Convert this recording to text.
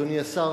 אדוני השר,